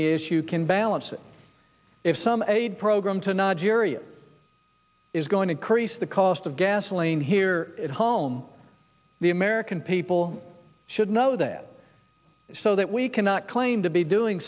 the issue can balance if some aid program to nigeria is going to increase the cost of gasoline here at home the american people should know that so that we cannot claim to be doing